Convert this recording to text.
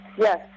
Yes